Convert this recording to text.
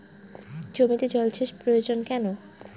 জমিতে জল সেচ প্রয়োজন কেন?